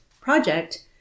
project